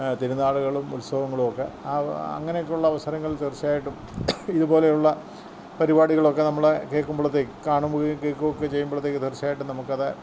തിരുനാളുകളും ഉത്സവങ്ങളുമൊക്കെ അങ്ങനെയൊക്കെയുള്ള അവസരങ്ങൾ തീർച്ചയായിട്ടും ഇതുപോലെയുള്ള പരിപാടികളൊക്കെ നമ്മൾ കേൾക്കുമ്പോഴത്തേക്കും കാണുകയും കേൾക്കുമൊക്കെ ചെയ്യുമ്പോഴത്തേക്കും തീർച്ചയായിട്ടും നമുക്കത്